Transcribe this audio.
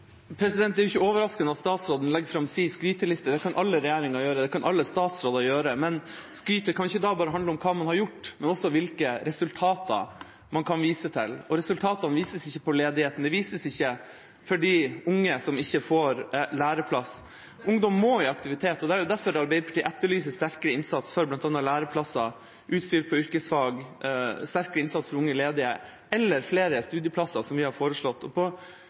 Det er ikke overraskende at statsråden legger fram sin skryteliste. Det kan alle regjeringer gjøre, det kan alle statsråder gjøre. Men skrytet kan ikke bare handle om hva man har gjort, men også om hvilke resultater man kan vise til. Og resultatene vises ikke på ledigheten, de vises ikke for de unge som ikke får læreplass. Ungdom må i aktivitet. Det er derfor Arbeiderpartiet etterlyser sterkere innsats for bl.a. læreplasser, utstyr på yrkesfag, sterkere innsats for unge ledige og flere studieplasser, som vi har foreslått. Det er nesten uforståelig at på